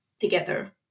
together